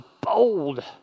bold